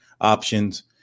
options